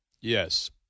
Yes